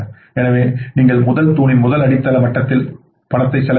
எனவே நீங்கள் முதல் தூணின் முதல் அடித்தள மட்டத்தில் பணத்தை செலவிட்டீர்கள்